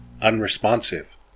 Unresponsive